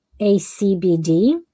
ACBD